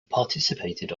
participated